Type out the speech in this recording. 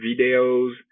videos